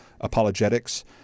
Apologetics